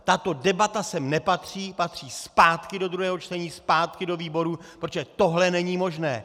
Tato debata sem nepatří , patří zpátky do druhého čtení, zpátky do výborů, protože tohle není možné!